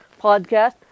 podcast